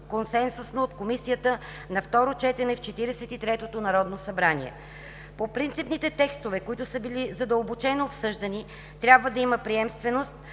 консенсусно от Комисията на второ четене в 43-то Народно събрание. По принципните текстове, които са били задълбочено обсъждани, трябва да има приемственост,